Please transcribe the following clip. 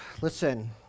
listen